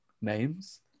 names